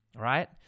right